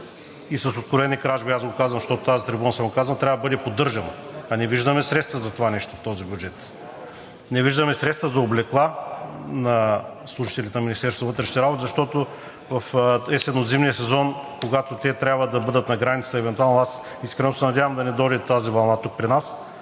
и с откровени кражби – казвал съм го от тази трибуна, трябва да бъде поддържано, а не виждаме средства за това в този бюджет. Не виждаме средства за облекла на служителите от Министерството на вътрешните работи, защото в есенно-зимния сезон, когато евентуално трябва да бъдат на границата – искрено се надявам да не дойде тази вълна тук при нас